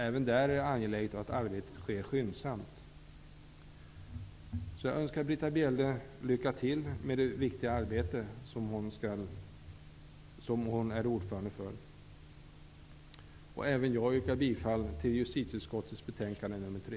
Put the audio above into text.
Även där är det angeläget att arbetet sker skyndsamt. Jag önskar alltså Britta Bjelle lycka till i det viktiga arbetet i den grupp där hon är ordförande. Även jag yrkar bifall till hemställan i justitieutskottets betänkande nr 3.